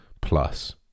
plus